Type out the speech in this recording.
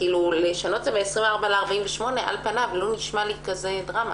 לשנות מ-24 ל-48 שעות, על פניו לא נשמע לי דרמטי.